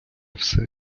все